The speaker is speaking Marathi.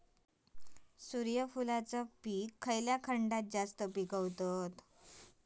सूर्यफूलाचा पीक खयच्या खंडात जास्त पिकवतत?